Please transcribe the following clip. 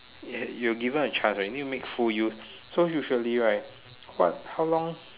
you're given a chance right you need to make full use so usually right but how long